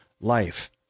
life